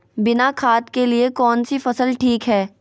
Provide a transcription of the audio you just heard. बिना खाद के लिए कौन सी फसल ठीक है?